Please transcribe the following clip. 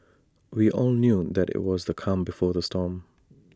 we all knew that IT was the calm before the storm